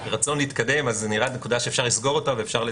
אפשר להסכים.